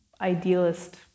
idealist